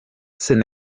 c’est